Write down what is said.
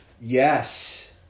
Yes